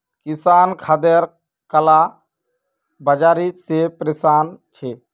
किसान खादेर काला बाजारी से परेशान छे